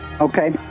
Okay